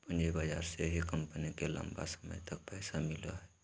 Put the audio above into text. पूँजी बाजार से ही कम्पनी के लम्बा समय तक पैसा मिलो हइ